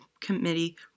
committee